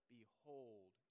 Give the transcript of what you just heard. Behold